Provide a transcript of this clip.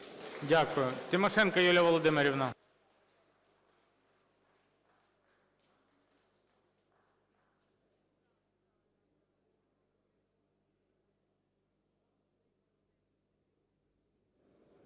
Дякую. Тимошенко Юлія Володимирівна.